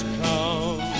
come